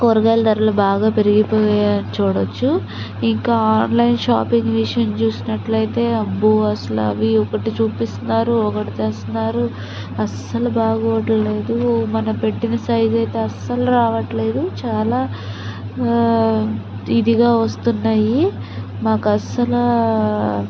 కూరగాయల ధరలు బాగా పెరిగిపోయాయి అని చుడ్డవచ్చు ఇంకా ఆన్లైన్ షాపింగ్ విషయం చూసినట్లయితే అబ్బో అసలు అవి ఒకటి చూపిస్తున్నారు ఒకటి తెస్తున్నారు అసలు బాగోట్లేదు మనం పెట్టిన సైజ్ అయితే అసలు రావట్లేదు చాలా ఇదిగా వస్తున్నాయి మాకు అసలు